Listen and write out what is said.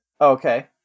okay